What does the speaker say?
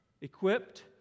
Equipped